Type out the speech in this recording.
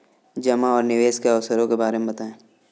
जमा और निवेश के अवसरों के बारे में बताएँ?